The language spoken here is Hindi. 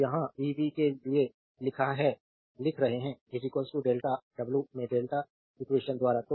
तो यहाँ v v के लिए लिख रहे हैं डेल्टा w में डेल्टा eq द्वारा